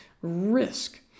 risk